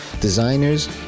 designers